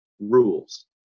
rules